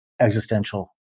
existential